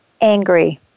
angry